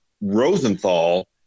Rosenthal